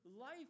life